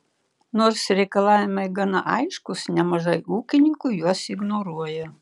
nors reikalavimai gana aiškūs nemažai ūkininkų juos ignoruoja